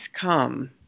come